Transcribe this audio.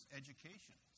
education